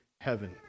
heaven